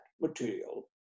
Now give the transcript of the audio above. material